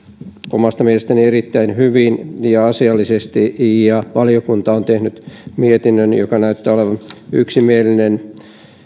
omasta mielestäni erittäin hyvin ja asiallisesti ja valiokunta on tehnyt mietinnön joka näyttää olevan yksimielinen